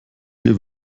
ihr